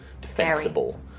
defensible